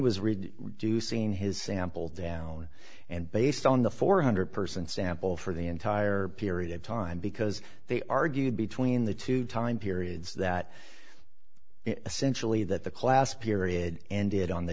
read do seen his sample down and based on the four hundred person sample for the entire period of time because they argued between the two time periods that essentially that the class period ended on the